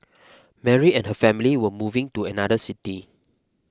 Mary and her family were moving to another city